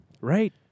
right